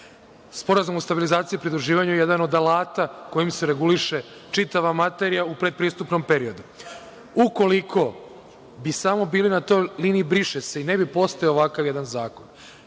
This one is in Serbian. Sporazum o stabilizaciji i pridruživanju je jedan od alata kojim se reguliše čitava materija u predpristupnom periodu. Ukoliko bi samo bili na toj liniji „briše se“ i ne bi postojao jedan ovakav